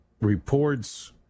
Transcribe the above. reports